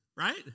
right